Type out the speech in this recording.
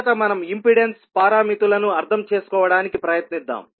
మొదట మనం ఇంపెడెన్స్ పారామితులను అర్థం చేసుకోవడానికి ప్రయత్నిద్దాం